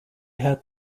had